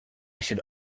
should